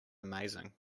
amazing